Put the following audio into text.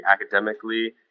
academically